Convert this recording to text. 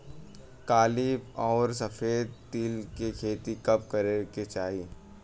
काली अउर सफेद तिल के खेती कब करे के चाही?